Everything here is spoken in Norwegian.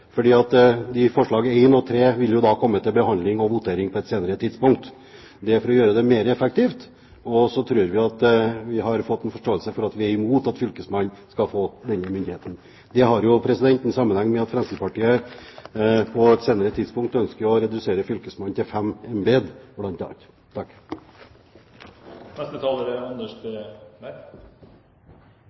og 3 vil komme til behandling og votering på et senere tidspunkt. Dette er for å gjøre det mer effektivt. Og så tror vi at vi har fått forståelse for at vi er imot at fylkesmannen skal få den myndigheten. Det har jo en sammenheng med at Fremskrittspartiet på et senere tidspunkt ønsker å redusere antall fylkesmannsembeter til fem, bl.a. Jeg vil bare bekjentgjøre at Høyre vil støtte forslag nr. 4, fra Fremskrittspartiet og Venstre. Det er